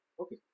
Okay